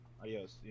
Adios